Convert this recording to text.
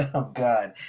ah oh, god!